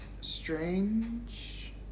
Strange